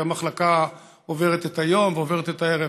והמחלקה עוברת את היום ועוברת את הערב.